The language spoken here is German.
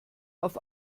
auf